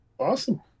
Awesome